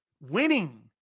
Winning